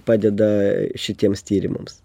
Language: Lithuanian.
padeda šitiems tyrimams